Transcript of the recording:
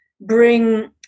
bring